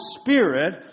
Spirit